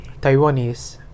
Taiwanese